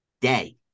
day